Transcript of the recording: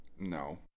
no